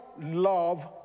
love